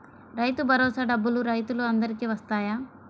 రైతు భరోసా డబ్బులు రైతులు అందరికి వస్తాయా?